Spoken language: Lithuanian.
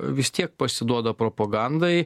vis tiek pasiduoda propagandai